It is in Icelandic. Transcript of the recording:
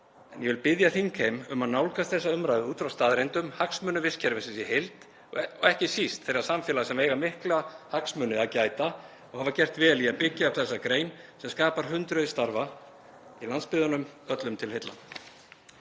en ég vil biðja þingheim um að nálgast þessa umræðu út frá staðreyndum, hagsmunum vistkerfisins í heild og ekki síst þeirra samfélaga sem eiga mikilla hagsmuna að gæta og hafa gert vel í að byggja upp þessa grein sem skapar hundruð starfa í landsbyggðunum öllum til heilla.